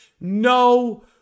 no